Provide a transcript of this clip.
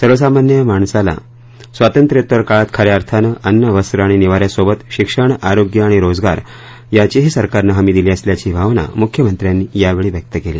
सर्वसामान्य माणसाला स्वातंत्र्योत्तर काळात खन्या अर्थानं अन्न वस्त्र आणि निवाऱ्यासोबत शिक्षण आरोग्य आणि रोजगार याचीही सरकारनं हमी दिली असल्याची भावना मृख्यमंत्र्यांनी यावेळी व्यक्त केली